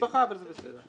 משפחה אבל זה בסדר.